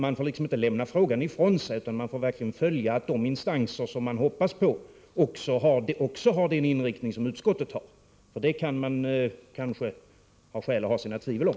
Man får liksom inte lämna frågan ifrån sig, utan man får verkligen följa att de instanser som man hoppas på också har den inriktning som utskottet har, för det kan man ha skäl för att hysa tvivel om.